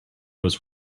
was